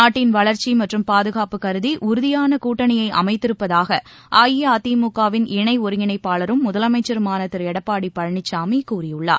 நாட்டன் வளர்ச்சிமற்றும் பாதுகாப்பு கருதிஉறுதியானகூட்டணியைஅமைத்திருப்பதாகஅஇஅதிமுகவின் இணைஒருங்கிணைப்பாளரும் முதலமைச்சருமானதிருளடப்பாடிபழனிசாமிகூறியிருக்கிறார்